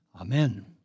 Amen